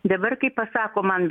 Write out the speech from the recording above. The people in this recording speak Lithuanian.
dabar kai pasako man